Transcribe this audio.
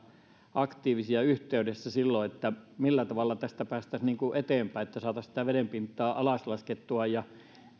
aktiivisesti yhteydessä silloin että millä tavalla tästä päästäisiin eteenpäin että saataisiin vedenpintaa alas laskettua